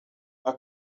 are